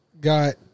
got